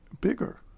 bigger